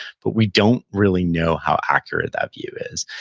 but we don't really know how accurate that view is,